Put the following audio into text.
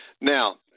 Now